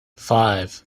five